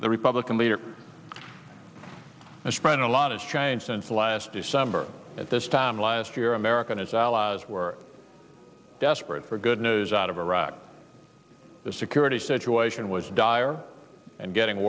the republican leader as friend a lot of change since last december and this time last year america and its allies were desperate for good news out of iraq the security situation was dire and getting